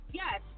yes